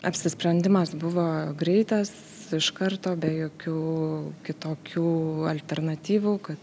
apsisprendimas buvo greitas iš karto be jokių kitokių alternatyvų kad